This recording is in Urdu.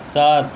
سات